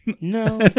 no